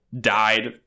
died